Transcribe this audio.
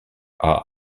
are